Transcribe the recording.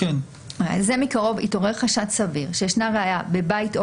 (3)זה מקרוב התעורר חשד סביר שישנה ראיה בבית או